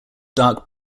dark